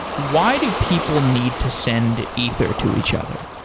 why do people need to send ether to each other?